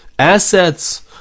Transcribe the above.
Assets